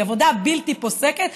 שהיא עבודה בלתי פוסקת,